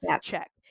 Check